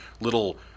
little